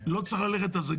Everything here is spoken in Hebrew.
לא צריך ללכת על זה.